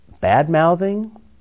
bad-mouthing